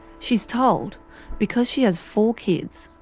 she's told because she has four kids,